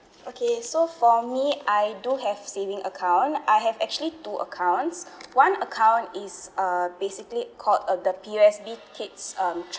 okay so for me I do have saving account I have actually two accounts one account is uh basically called uh the P_O_S_B kids um